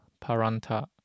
Paranta